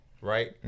Right